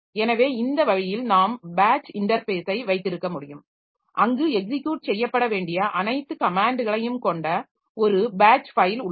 எனவே இந்த வழியில் நாம் பேட்ச் இன்டர்ஃபேஸை வைத்திருக்க முடியும் அங்கு எக்ஸிக்யுட் செய்யப்பட வேண்டிய அனைத்து கமேன்ட்களையும் கொண்ட ஒரு பேட்ச் ஃபைல் உள்ளது